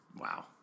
Wow